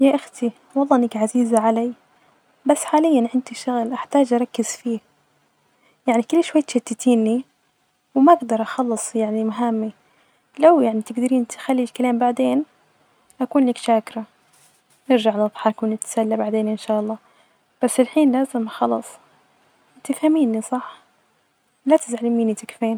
يا أإختي والله إنك عزيزة علي بس حاليا عندي شغل أحتاج أكرز فية يعني كل شوي تشتتيني، وما أجدر أخلص يعني مهامي، لو يعني تجدرين تخلي الكلام بعدين أكونلك شاكرة، نرجع نظحك ونتسلي بعدين إن شاء الله، بس إلحين لازم خلاص تفهميني صح ، لا تزعلي مني تكفين.